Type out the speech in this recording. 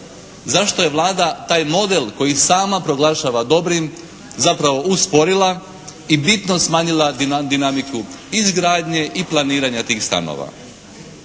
zašto je Vlada taj model koji sama proglašava dobrim zapravo usporila i bitno smanjila dinamiku izgradnje i planiranja tih stanova.